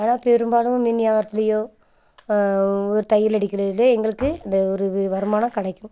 ஆனால் பெரும்பாலும் மின்யாத்திரியோ ஒரு தையல் அடிக்கிறதுலேயோ எங்களுக்கு இந்த ஒரு வருமானம் கிடைக்கும்